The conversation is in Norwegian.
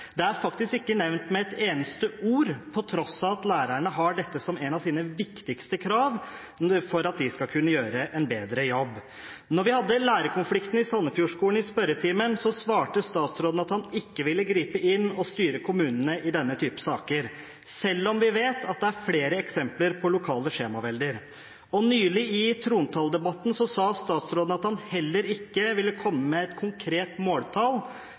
Det er faktisk ikke nevnt med et eneste ord, på tross av at lærerne har dette som et av sine viktigste krav for at de skal kunne gjøre en bedre jobb. Da vi hadde lærerkonflikten i Sandefjord-skolen oppe i spørretimen, svarte statsråden at han ikke ville gripe inn og styre kommunene i denne typen saker, selv om vi vet at det er flere eksempler på lokalt skjemavelde. Nylig, i trontaledebatten, sa statsråden at han heller ikke ville komme med et konkret måltall